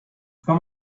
come